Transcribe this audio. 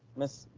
ms.